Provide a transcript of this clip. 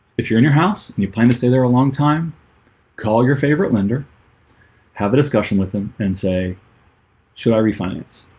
if you're in your house, and you plan to stay there a long time call your favorite lender have a discussion with them and say should i refinance?